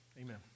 amen